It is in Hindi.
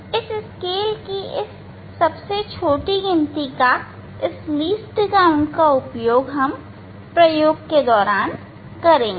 इस स्केल की सबसे छोटी गिनती का उपयोग हम इस प्रयोग के दौरान करेंगे